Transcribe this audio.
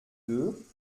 deux